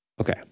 Okay